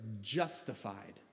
justified